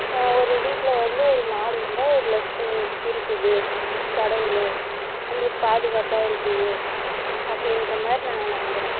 ஒரு வீட்டில வந்து ஒரு மாடு இருந்தால் ஒரு லட்சுமி இருக்குது கடவுள் நம்மளுக்கு பாதுகாப்பாக இருக்குது அப்படின்ற மாதிரி நாங்கள் நம்புகிறோம்